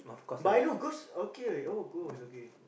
but I know ghost okay with all ghost is okay